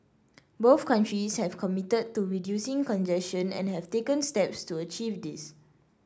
both countries have committed to reducing congestion and have taken steps to achieve this